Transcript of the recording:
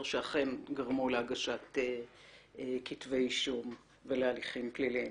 שאכן גרמו להגשת כתבי אישום ולהליכים פליליים.